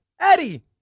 Eddie